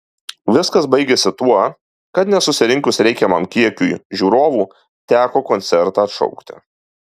viskas baigėsi tuo kad nesusirinkus reikiamam kiekiui žiūrovų teko koncertą atšaukti